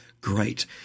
Great